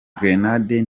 grenade